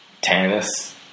Tannis